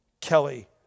Kelly